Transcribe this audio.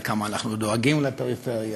וכמה אנחנו דואגים לפריפריה,